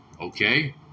Okay